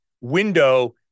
window